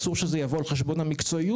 אסור שזה יבוא על חשבון המקצועיות,